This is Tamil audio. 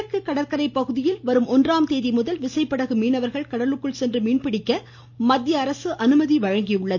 கிழக்கு கடற்கரை பகுதியில் வரும் ஒன்றாம் தேதி முதல் விசைப்படகு மீனவர்கள் கடலுக்குள் சென்று மீன்பிடிக்க மத்திய அரசு அனுமதி வழங்கியுள்ளது